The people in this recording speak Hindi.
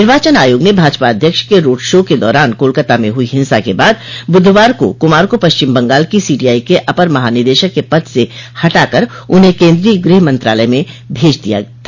निर्वाचन आयोग ने भाजपा अध्यक्ष के रोड़ शो के दौरान कोलकता में हुई हिंसा के बाद बुधवार को कुमार को पश्चिम बंगाल की सीआईडी के अपर महानिदेशक के पद से हटाकर उन्हें केन्द्रीय गृह मंत्रालय में भेज दिया था